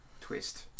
Twist